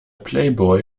playboy